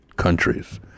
countries